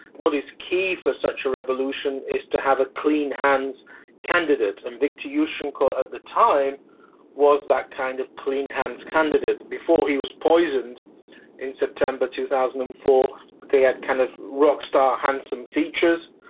what is key for such a revolution is to have a clean-hands candidate, and viktor yushchenko at the time was that kind of clean-hands candidate. before he was poisoned in september two thousand and four he had kind of rockstar handsome features,